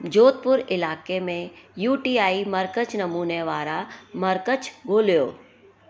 जोधपुर इलाइक़े में U T I मर्कज़ नमूने वारा मर्कज़ ॻोल्हियो